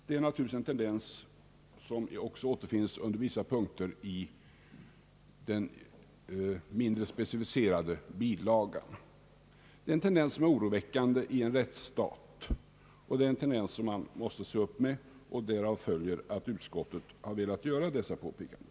Det är naturligtvis en tendens som också återfinns under vissa punkter i den mindre specificerade bilagan. Denna tendens är oroväckande i en rättsstat och är något som man måste se upp med. Därav följer att utskottet gjort dessa påpekanden.